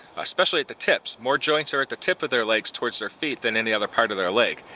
especially at the tips. more joints are at the tips of their legs towards their feet than any other part of their leg.